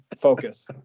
focus